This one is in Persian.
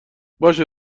باشه